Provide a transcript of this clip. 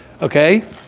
okay